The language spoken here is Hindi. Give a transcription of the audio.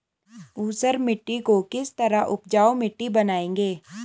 ऊसर मिट्टी को किस तरह उपजाऊ मिट्टी बनाएंगे?